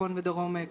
לצפון ולדרום.